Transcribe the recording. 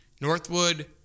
Northwood